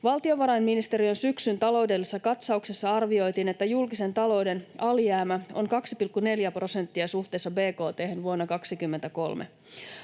Valtiovarainministeriön syksyn taloudellisessa katsauksessa arvioitiin, että julkisen talouden alijäämä on 2,4 prosenttia suhteessa bkt:hen vuonna 2023.